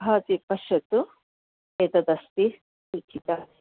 भवती पश्यतु एतदस्ति सूचीतः